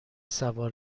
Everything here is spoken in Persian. سوار